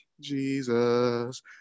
Jesus